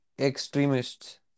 extremists